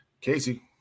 Casey